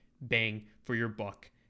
bang-for-your-buck